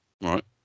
Right